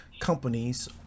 companies